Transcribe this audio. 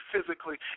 physically